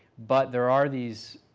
but there are these,